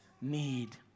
need